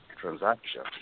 transaction